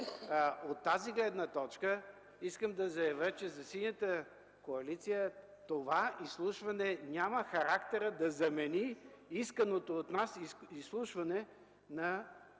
От тази гледна точка искам да заявя, че за Синята коалиция това изслушване няма характера да замени исканото от нас изслушване на